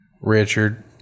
Richard